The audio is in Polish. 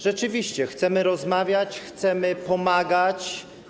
Rzeczywiście chcemy rozmawiać, chcemy pomagać.